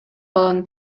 баланы